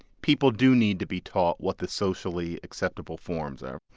people do need to be taught what the socially acceptable forms are.